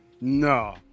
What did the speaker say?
No